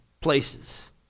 places